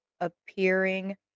appearing